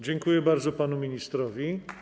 Dziękuję bardzo panu ministrowi.